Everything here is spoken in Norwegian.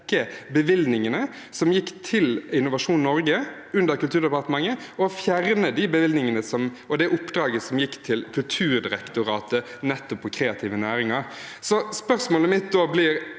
bevilgningene som gikk til Innovasjon Norge under Kulturdepartementet, og å fjerne de bevilgningene og det oppdraget som gikk til Kulturdirektoratet nettopp på kreative næringer. Spørsmålet mitt blir